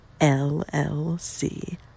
LLC